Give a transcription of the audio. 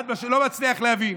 לא מצליח להבין.